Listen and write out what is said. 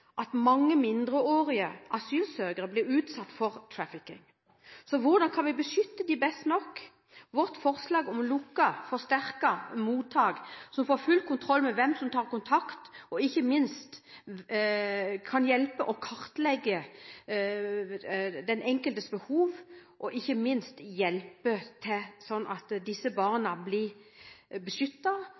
at mange mindreårige asylsøkere blir utsatt for trafficking. Så hvordan kan vi beskytte dem best mulig? Vi fremmer et forslag om lukkede forsterkede mottak, som får full kontroll med hvem som tar kontakt, og som ikke minst kan hjelpe og kartlegge den enkeltes behov, og hjelpe til slik at disse barna blir